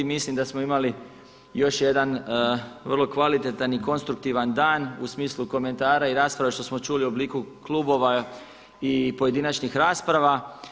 Mislim da smo imali još jedan vrlo kvalitetan i konstruktivan dan u smislu komentara i rasprava što smo čuli u obliku klubova i pojedinačnih rasprava.